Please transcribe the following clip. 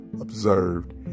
observed